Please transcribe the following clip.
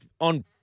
on